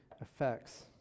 effects